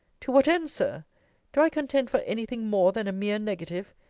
to what end, sir do i contend for any thing more than a mere negative?